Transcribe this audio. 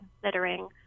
considering